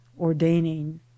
ordaining